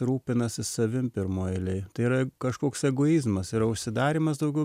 rūpinasi savim pirmoj eilėj tai yra kažkoks egoizmas yra užsidarymas daugiau